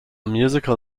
musical